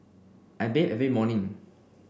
I bathe every morning